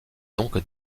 donc